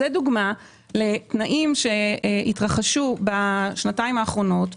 זה דוגמה לתנאים שהתרחשו בשנתיים האחרונות.